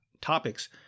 topics